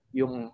yung